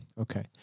okay